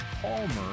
Palmer